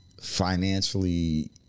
financially